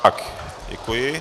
Tak, děkuji.